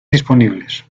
disponibles